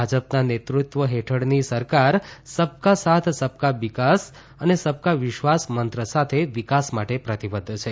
ભાજપના નેતૃત્વ હેઠળની સરકાર સબકા સાથ સબકા વિકાસ અને સબકા વિશ્વાસ મંત્ર સાથે વિકાસ માટે પ્રતિબદ્ધ છે